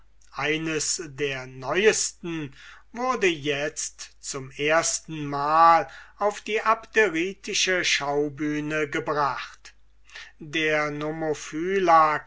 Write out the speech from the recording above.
eines der neuesten wurde itzt zum erstenmal auf die abderitische schaubühne gebracht der